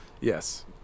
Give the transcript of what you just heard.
yes